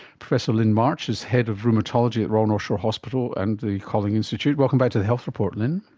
professor lyn march is head of rheumatology at royal north shore hospital and the kolling institute. welcome back to the health report, lyn.